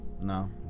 no